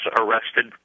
arrested